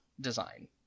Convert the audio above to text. design